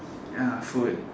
ya food